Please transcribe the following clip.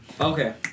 Okay